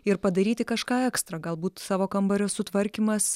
ir padaryti kažką ekstra galbūt savo kambario sutvarkymas